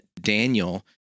Daniel